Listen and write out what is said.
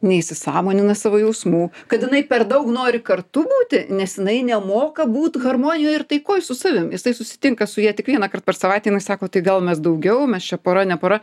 neįsisąmonina savo jausmų kad jinai per daug nori kartu būti nes jinai nemoka būt harmonijoj ir taikoj su savim jisai susitinka su ja tik vienąkart per savaitę jinai sako tai gal mes daugiau mes čia pora ne pora